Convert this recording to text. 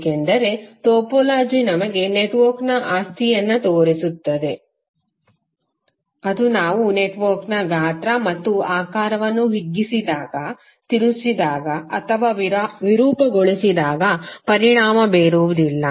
ಏಕೆಂದರೆ ಟೋಪೋಲಜಿ ನಮಗೆ ನೆಟ್ವರ್ಕ್ನ ಆಸ್ತಿಯನ್ನು ತೋರಿಸುತ್ತದೆ ಅದು ನಾವು ನೆಟ್ವರ್ಕ್ನ ಗಾತ್ರ ಮತ್ತು ಆಕಾರವನ್ನು ಹಿಗ್ಗಿಸಿದಾಗ ತಿರುಚಿದಾಗ ಅಥವಾ ವಿರೂಪಗೊಳಿಸಿದಾಗ ಪರಿಣಾಮ ಬೀರುವುದಿಲ್ಲ